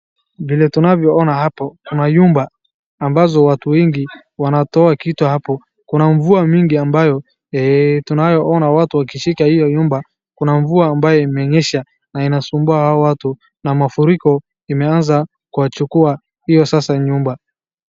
Vile tunavyoona hapo kuna nyumba ambazo watu wengi wanatoa vitu hapo. Kuna mvua mingi ambayo tunayoona watu wakishika hiyo nyumba, kuna mvua ambayo imenyesha na inasumbua hao watu na mafuriko imeanza kuwachukua hiyo sasa nyumba.